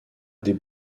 des